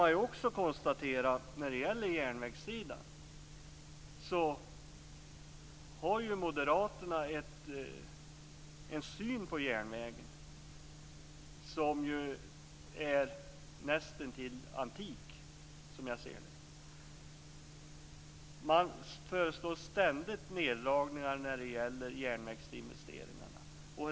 Man kan konstatera när det gäller järnvägssidan att moderaterna har en syn på järnvägen som är nästintill antik, som jag ser det. Man föreslår ständigt neddragningar av järnvägsinvesteringarna.